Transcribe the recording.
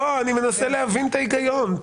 אני מנסה להבין את ההיגיון.